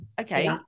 Okay